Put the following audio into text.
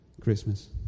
Christmas